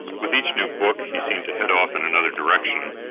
with each new book he seemed to head off in another direction.